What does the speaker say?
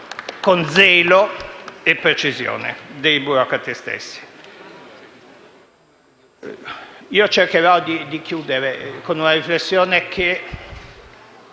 Grazie.